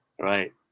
Right